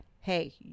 hey